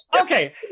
Okay